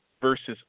versus